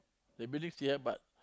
the building still have but